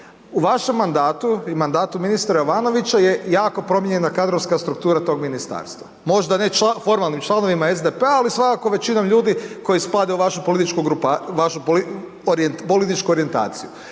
U vašem mandatu i mandatu ministra Jovanovića je jako promijenjena kadrovska struktura tog ministarstva, možda ne formalnim članovima SDP-a ali svakako većinom ljudi koji spadaju u vašu političku grupaciju,